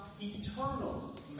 eternal